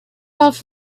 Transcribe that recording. off